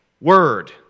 word